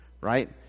right